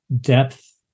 depth